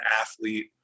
athlete